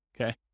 okay